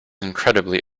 incredibly